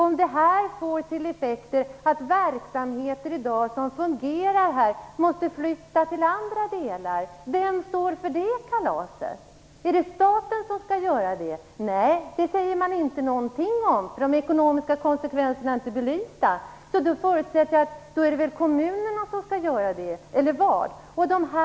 Om förslaget får till effekt att verksamheter som i dag fungerar här måste flytta till andra delar undrar jag vem som skall stå för kalaset. Är det staten som skall göra det? Det säger man ingenting om. De ekonomiska konsekvenserna är inte belysta. Är det kommunerna som skall ta ansvaret eller hur skall det gå till?